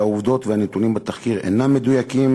שהעובדות והנתונים בתחקיר אינם מדויקים